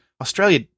Australia